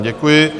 Děkuji.